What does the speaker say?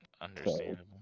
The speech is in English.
Understandable